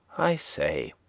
i say,